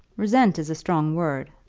resent is a strong word.